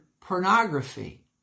pornography